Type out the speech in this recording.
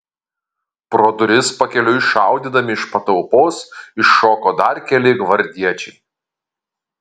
pro duris pakeliui šaudydami iš patalpos iššoko dar keli gvardiečiai